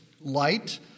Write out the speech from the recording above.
light